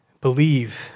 Believe